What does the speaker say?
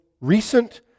recent